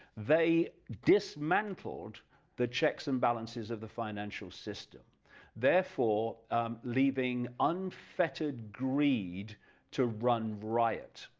they dismantled the checks and balances of the financial system therefore leaving unfettered greed to run riot,